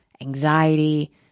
anxiety